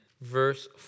verse